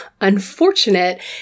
unfortunate